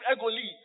Egoli